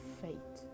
fate